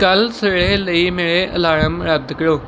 ਕੱਲ੍ਹ ਸਵੇਰ ਲਈ ਮੇਰੇ ਅਲਾਰਮ ਰੱਦ ਕਰੋ